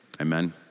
Amen